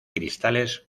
cristales